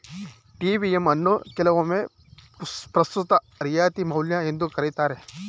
TVM ಅನ್ನು ಕೆಲವೊಮ್ಮೆ ಪ್ರಸ್ತುತ ರಿಯಾಯಿತಿ ಮೌಲ್ಯ ಎಂದು ಕರೆಯುತ್ತಾರೆ